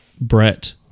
brett